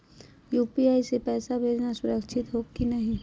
UPI स पैसवा भेजना सुरक्षित हो की नाहीं?